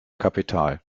kapital